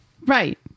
Right